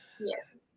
yes